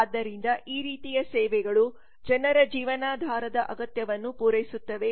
ಆದ್ದರಿಂದ ಈ ರೀತಿಯ ಸೇವೆಗಳು ಜನರ ಜೀವನಾಧಾರದ ಅಗತ್ಯವನ್ನು ಪೂರೈಸುತ್ತವೆ